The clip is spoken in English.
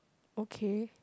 okay